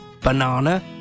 banana